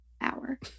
hour